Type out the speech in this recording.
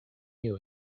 new